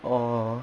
oh